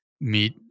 meet